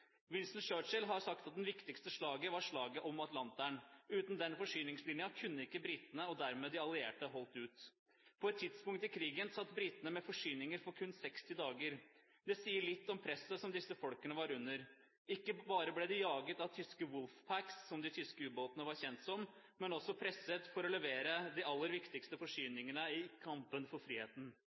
har sagt at det viktigste slaget var slaget om Atlanteren. Uten den forsyningslinjen kunne ikke britene, og dermed de allierte, holdt ut. På ett tidspunkt i krigen satt britene med forsyninger for kun 60 dager. Det sier litt om presset som disse folkene var under. Ikke bare ble de jaget av tyske «wolf packs», som de tyske ubåtene var kjent som, men også presset til å levere de aller viktigste forsyningene i kampen for friheten.